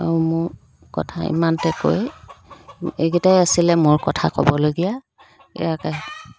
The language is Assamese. আৰু মোৰ কথা ইমানতে কৈ এইকেইটাই আছিলে মোৰ কথা ক'বলগীয়া ইয়াকে